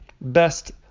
best